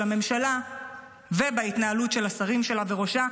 של הממשלה ובהתנהלות של השרים שלה וראשה,